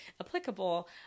applicable